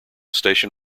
station